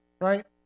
right